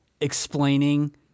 explaining